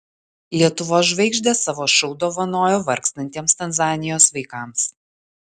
lietuvos žvaigždės savo šou dovanojo vargstantiems tanzanijos vaikams